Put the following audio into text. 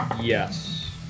Yes